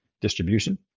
distribution